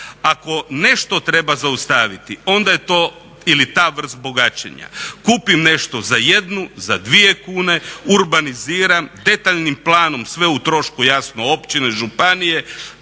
Ako nešto treba zaustaviti onda je to ili ta vrst bogaćenja. Kupim nešto za 1, za 2 kune, urbaniziram, detaljnim planom sve o trošku jasno općine, županije,